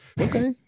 okay